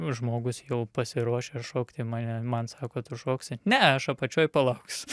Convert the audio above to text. žmogus jau pasiruošęs šokt į mane man sako tu šoksi ne aš apačioj palauksiu